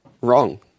Wrong